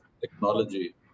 technology